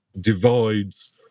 divides